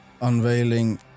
Unveiling